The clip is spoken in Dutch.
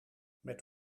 met